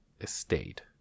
estate